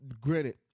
granted